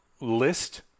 list